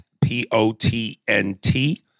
P-O-T-N-T